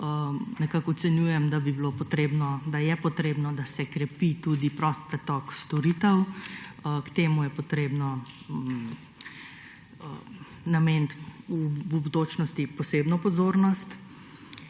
ljudi. Ocenjujem, da je potrebno, da se krepi tudi prost pretok storitev. Temu je potrebno nameniti v bodočnosti posebno pozornost.